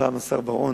פעם השר בר-און